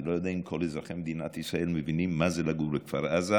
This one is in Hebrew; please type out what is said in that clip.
אני לא יודע אם כל אזרחי מדינת ישראל מבינים מה זה לגור בכפר עזה,